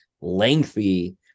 lengthy